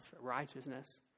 righteousness